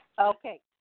Okay